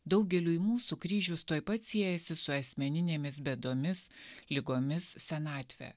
daugeliui mūsų kryžius tuoj pat siejasi su asmeninėmis bėdomis ligomis senatve